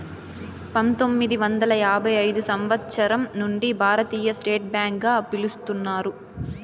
పంతొమ్మిది వందల యాభై ఐదు సంవచ్చరం నుండి భారతీయ స్టేట్ బ్యాంక్ గా పిలుత్తున్నారు